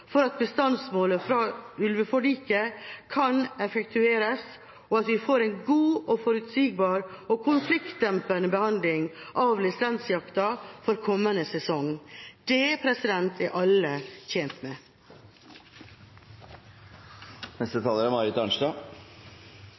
for at bestandsmålet fra ulveforliket kan effektueres, og at vi får en god, forutsigbar og konfliktdempende behandling av lisensjakta for kommende sesong. Det er alle tjent med.